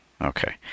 Okay